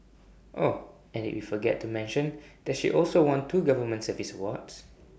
oh and did we forget to mention that she also won two government service awards